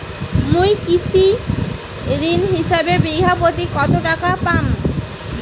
মুই কৃষি ঋণ হিসাবে বিঘা প্রতি কতো টাকা পাম?